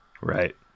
Right